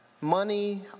Money